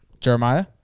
Jeremiah